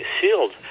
sealed